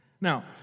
Now